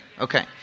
Okay